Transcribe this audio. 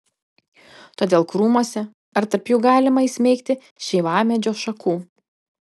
todėl krūmuose ar tarp jų galima įsmeigti šeivamedžio šakų